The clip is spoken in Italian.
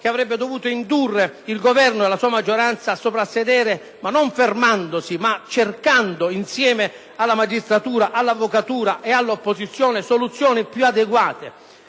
che avrebbe dovuto indurre il Governo e la sua maggioranza a soprassedere, non fermandosi, ma cercando, insieme alla magistratura, all’avvocatura e all’opposizione, soluzioni piuadeguate.